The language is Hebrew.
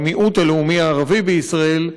במיעוט הלאומי הערבי בישראל,